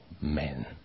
men